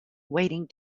waiting